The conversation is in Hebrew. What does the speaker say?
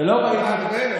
אני בהלם.